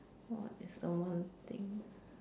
what is the one thing